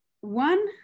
One